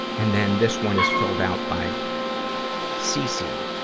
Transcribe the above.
and then, this one is filled out by cc.